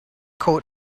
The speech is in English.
coat